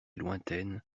lointaine